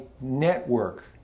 network